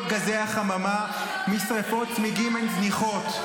גזי החממה משרפות צמיגים הן זניחות.